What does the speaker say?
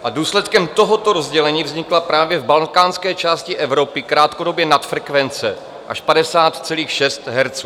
A důsledkem tohoto rozdělení vznikla právě v balkánské části Evropy krátkodobě nadfrekvence až 50,6 HZ.